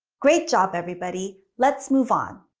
great job, everybody. let's move on.